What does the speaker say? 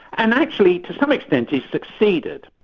and actually to some extent, he's succeeded,